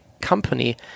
company